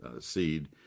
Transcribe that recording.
seed